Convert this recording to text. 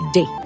Day